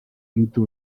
into